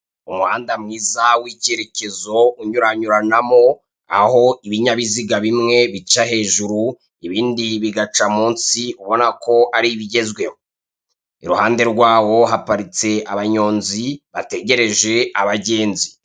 Umuhanda mwiza w'icyerekezo unyuranyuranamo, aho ibinyabiziga bimwe bica hejuru, ibindi bigaca munsi ubona ko ari ibigezweho. Iruhande rwaho haparitse abanyonzi, bategereje abagenzi.